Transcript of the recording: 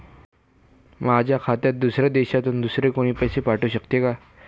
माझ्या खात्यात दुसऱ्या देशातून दुसरे कोणी पैसे पाठवू शकतो का?